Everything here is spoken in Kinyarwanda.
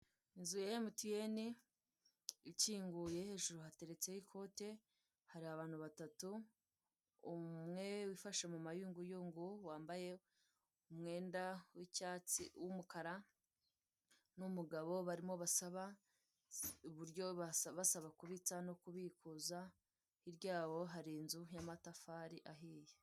Inzu ya mtn ikinguye hejuru hari hateretseho ikote abantu batatu umwe wifashe mu muyunguyungu wambaye umyenda y'icyatsi w'umukara, n'umugabo barimo basaba uburyo basaba kubitsa no kubikuza hirya yaho hari inzu y'amatafari ahiye.